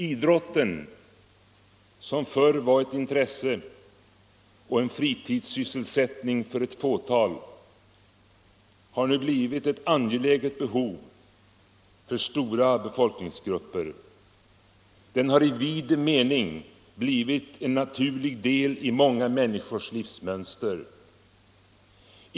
Idrotten, som förr var ett intresse och en fritidssysselsättning för ett fåtal, har nu blivit ett angeläget behov för stora befolkningsgrupper. Den har i vid mening blivit en naturlig del av många människors livsmönster.